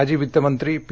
माजी वित्तमंत्री पी